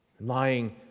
lying